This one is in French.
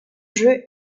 jeu